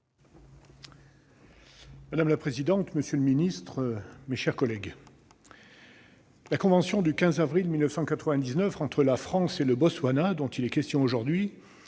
Madame la présidente, monsieur le secrétaire d'État, mes chers collègues, la convention du 15 avril 1999 entre la France et le Botswana dont il est question aujourd'hui